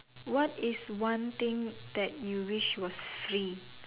what is one thing that you wish was free